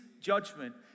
judgment